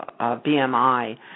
BMI